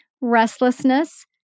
Restlessness